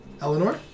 Eleanor